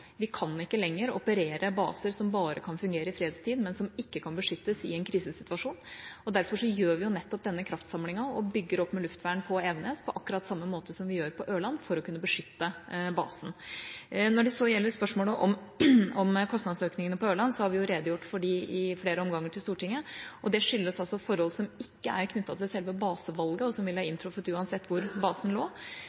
Vi kan ikke lenger operere baser som bare kan fungere i fredstid, men ikke kan beskyttes i en krisesituasjon. Derfor gjør vi nettopp denne kraftsamlingen og bygger opp med luftvern på Evenes, på akkurat samme måte som vi gjør på Ørland, for å kunne beskytte basen. Når det så gjelder spørsmålet om kostnadsøkningene på Ørland, har vi redegjort for dem i flere omganger til Stortinget. Det skyldes forhold som ikke er knyttet til selve basevalget, og som ville ha